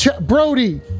Brody